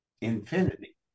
infinity